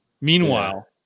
Meanwhile